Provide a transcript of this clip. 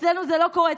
אצלנו זה לא קורה.